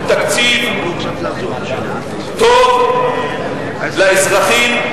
הוא תקציב טוב לאזרחים,